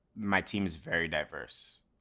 my team is very diverse.